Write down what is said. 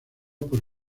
por